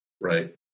right